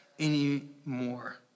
anymore